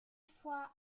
fois